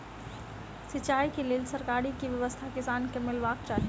सिंचाई केँ लेल सरकारी की व्यवस्था किसान केँ मीलबाक चाहि?